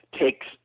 takes